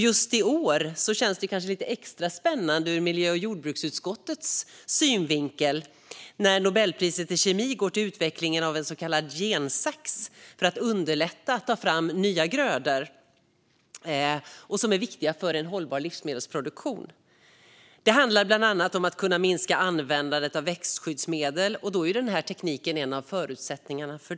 Just i år känns det lite extra spännande ur miljö och jordbruksutskottets synvinkel när Nobelpriset i kemi går till utvecklingen av en så kallad gensax för att underlätta att ta fram nya grödor som är viktiga för en hållbar livsmedelsproduktion. Det handlar bland annat om att kunna minska användandet av växtskyddsmedel, och då är den här tekniken en av förutsättningarna.